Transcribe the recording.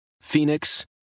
Phoenix